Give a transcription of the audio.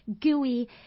gooey